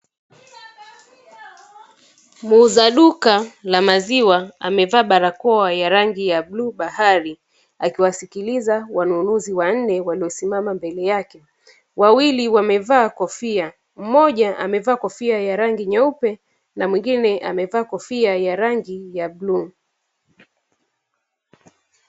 Muuza duka la maziwa amevaa barakoa ya rangi ya bluu bahari, akiwasikiliza wanunuzi wanne waliosimama mbele yake. Wawili wamevaa kofia, mmoja amevaa kofia ya rangi nyeupe na mwingine amevaa kofia ya rangi ya bluu.